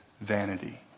vanity